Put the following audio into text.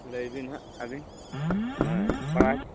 ᱞᱟᱹᱭ ᱵᱤᱱ ᱦᱟᱜ ᱟᱹᱵᱤᱱ ᱵᱟᱲᱟ